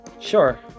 Sure